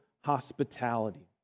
hospitality